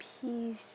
peace